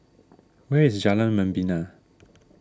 where is Jalan Membina